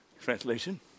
translation